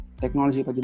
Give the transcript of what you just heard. technology